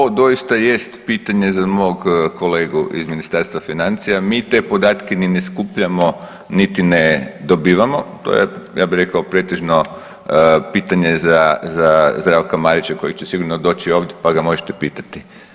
Pa to doista jest pitanje za mog kolegu iz Ministarstva financija, mi te podatke ni ne skupljamo niti ne dobivamo, to je ja bi rekao pretežno pitanje za Zdravka Marića koji će sigurno doći ovdje pa ga možete pitati.